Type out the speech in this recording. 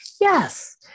Yes